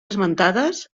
esmentades